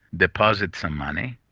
deposit some money,